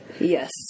Yes